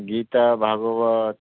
Gita Bhagavata